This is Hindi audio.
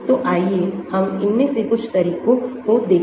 तो आइए हम इनमें से कुछ तरीकोंदेखें